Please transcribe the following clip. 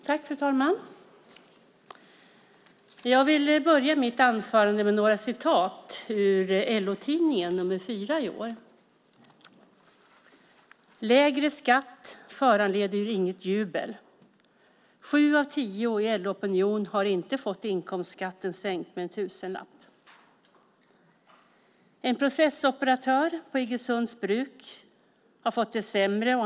Fru talman! Jag vill börja mitt anförande med några citat ur LO-tidningen nr 4 i år. "Lägre skatt föranleder inget jubel. Sju av tio i LO-opinion har inte fått inkomstskatten sänkt med en tusenlapp." En processoperatör på Iggesunds bruk har fått det sämre.